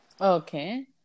Okay